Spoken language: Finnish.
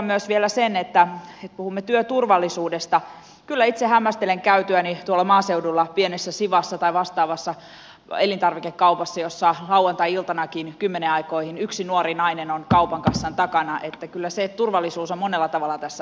totean vielä myös sen kun me puhumme työturvallisuudesta että kyllä itse hämmästelen käytyäni tuolla maaseudulla pienessä siwassa tai vastaavassa elintarvikekaupassa jossa lauantai iltanakin kymmenen aikoihin yksi nuori nainen on kaupan kassan takana että kyllä se turvallisuus on monella tavalla tässä arvioitavissa